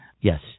Yes